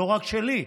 לא רק שלי,